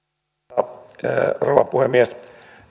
arvoisa rouva puhemies